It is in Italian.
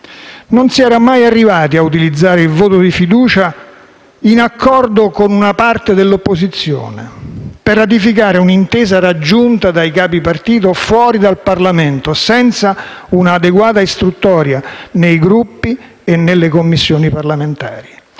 Non si era mai arrivati a utilizzare il voto di fiducia in accordo con una parte dell'opposizione per ratificare una intesa raggiunta dai capi partito fuori dal Parlamento, senza una adeguata istruttoria nei Gruppi e nelle Commissioni parlamentari.